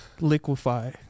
Liquefy